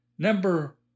Number